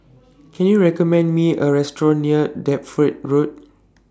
Can YOU recommend Me A Restaurant near Deptford Road